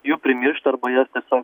jų primiršt arba jas tiesio